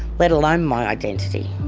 let alone my identity.